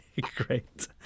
Great